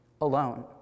alone